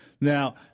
Now